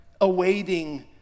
awaiting